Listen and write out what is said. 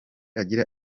agira